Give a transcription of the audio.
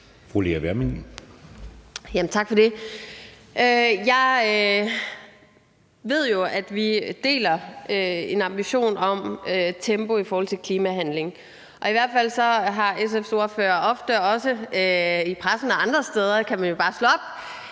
Jeg ved jo, at vi deler en ambition om tempo i forhold til klimahandling, og i hvert fald har SF's ordfører ofte, også i pressen og andre steder;